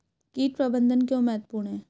कीट प्रबंधन क्यों महत्वपूर्ण है?